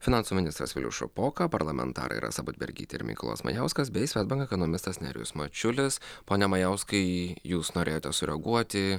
finansų ministras vilius šapoka parlamentarai rasa budbergytė ir mykolas majauskas bei svedbank ekonomistas nerijus mačiulis pone majauskai jūs norėjote sureaguoti